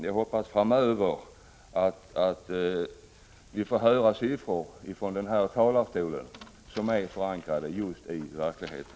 Jag hoppas att vi i fortsättningen får höra siffror från den här talarstolen som är förankrade i verkligheten.